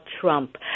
Trump